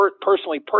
personally